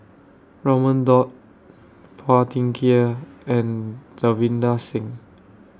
Raman Daud Phua Thin Kiay and Davinder Singh